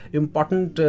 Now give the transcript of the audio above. important